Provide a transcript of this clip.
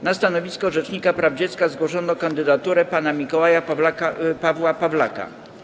Na stanowisko rzecznika praw dziecka zgłoszono kandydaturę pana Mikołaja Pawła Pawlaka.